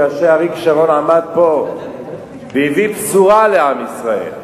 כאשר אריק שרון עמד פה והביא בשורה לעם ישראל.